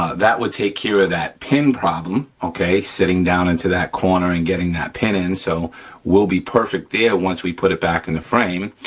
that will take care of that pin problem, okay, sitting down into that corner and getting that pin in. so we'll be perfect there once we put it back in the frame.